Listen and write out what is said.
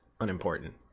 unimportant